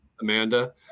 amanda